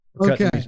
Okay